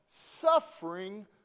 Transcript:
suffering